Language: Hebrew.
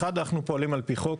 אחד, אנחנו פועלים על פי חוק.